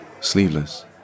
sleeveless